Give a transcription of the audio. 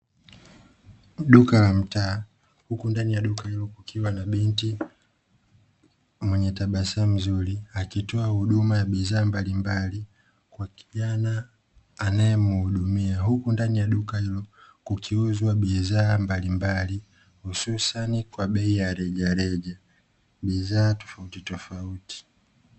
Duka la mtaa huku ndani ya duka hilo, kukiwa na binti mwenye tabasamu zuri. Akitoa huduma ya bidhaa mbalimbali, kwa kijana anayemhudumia. Huku ndani ya duka hilo, kukiuzwa bidhaa mbalimbali hususani kwa bei ya rejareja, bidhaa tofauti tofauti.